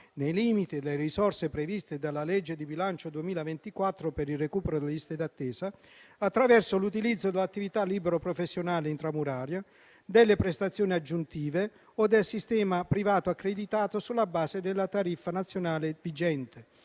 nei limiti delle risorse previste dalla legge di bilancio 2024 per il recupero delle liste d'attesa, attraverso l'utilizzo dell'attività libero-professionale intramuraria, delle prestazioni aggiuntive o del sistema privato accreditato sulla base della tariffa nazionale vigente.